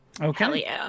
Okay